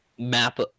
map